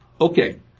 Okay